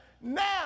Now